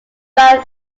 found